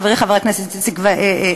חברי חבר הכנסת הרצוג,